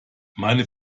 meine